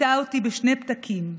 ציידה אותי בשני פתקים,